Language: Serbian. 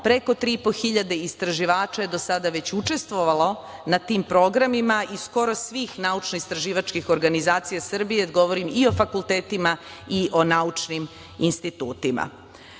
preko 3.500 istraživača je već učestvovalo na tim programima iz skoro svih naučno-istraživačkih organizacija Srbije. Govorim i o fakultetima i o naučnim institutima. Ali,